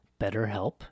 BetterHelp